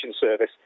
Service